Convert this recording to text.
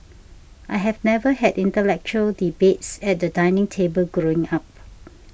I've never had intellectual debates at the dining table growing up